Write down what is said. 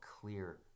clear